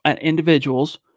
individuals –